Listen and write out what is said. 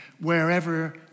wherever